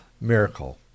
miracle